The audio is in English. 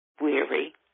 weary